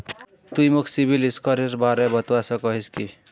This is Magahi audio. तुई मोक सिबिल स्कोरेर बारे बतवा सकोहिस कि?